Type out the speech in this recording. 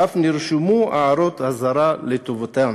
ואף נרשמו הערות אזהרה לטובתם.